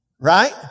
right